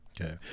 Okay